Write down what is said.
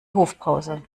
hofpause